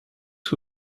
who